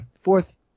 Fourth